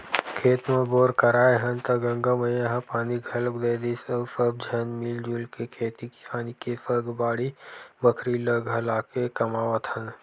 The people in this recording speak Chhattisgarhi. खेत म बोर कराए हन त गंगा मैया ह पानी घलोक दे दिस अउ सब झन मिलजुल के खेती किसानी के सग बाड़ी बखरी ल घलाके कमावत हन